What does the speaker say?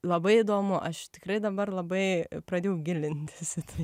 labai įdomu aš tikrai dabar labai pradėjau gilintis į tai